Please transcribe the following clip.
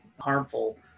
harmful